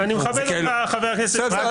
אני מכבד אותך, חבר הכנסת קלנר --- (קריאות)